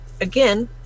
again